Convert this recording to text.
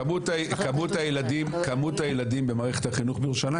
כמות הילדים במערכת החינוך בירושלים